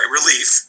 relief